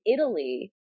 Italy